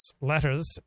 Letters